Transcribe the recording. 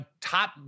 top